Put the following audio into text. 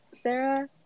Sarah